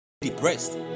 depressed